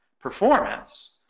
performance